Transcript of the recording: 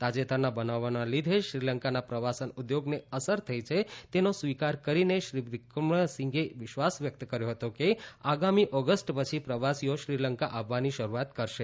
તાજેતરના બનાવોના લીધે શ્રીલંકાના પ્રવાસન ઉદ્યોગને અસર થઇ છે તેનો સ્વીકાર કરીને શ્રી વિક્રમસિંઘેએ વિશ્વાસ વ્યક્ત કર્યો હતો કે આગામી ઓગસ્ટ પછી પ્રવાસીઓ શ્રીલંકા આવવાની શરૂઆત થશે